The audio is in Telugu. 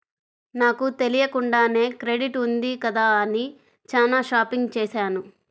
నాకు తెలియకుండానే క్రెడిట్ ఉంది కదా అని చానా షాపింగ్ చేశాను